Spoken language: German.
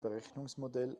berechnungsmodell